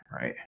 right